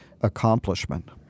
accomplishment